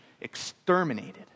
exterminated